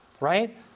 right